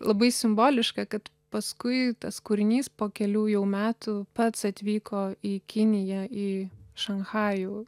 labai simboliška kad paskui tas kūrinys po kelių jau metų pats atvyko į kiniją į šanchajų